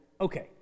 okay